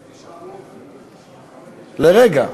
לרגע.